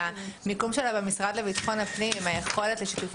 המיקום שלה במשרד לביטחון עם היכולת לשיתופי